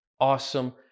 awesome